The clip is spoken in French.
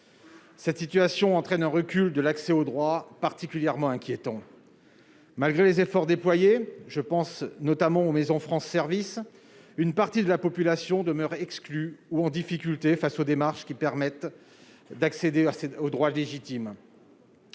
Cette situation entraîne un recul de l'accès au droit, particulièrement inquiétant. Malgré les efforts déployés, je pense notamment aux Maisons France service une partie de la population demeure exclu ou en difficulté face aux démarches qui permettent d'accéder aux droits légitimes.